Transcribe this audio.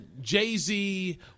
Jay-Z